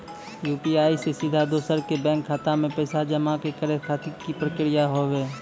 UPI से सीधा दोसर के बैंक खाता मे पैसा जमा करे खातिर की प्रक्रिया हाव हाय?